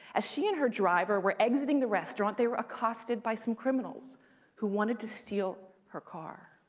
as she and her driver were exiting the restaurant, they were accosted by some criminals who wanted to steal her car.